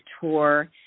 tour